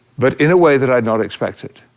but in a way that i'd not expected.